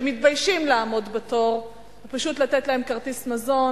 שמתביישים לעמוד בתור, ופשוט לתת להם כרטיס מזון,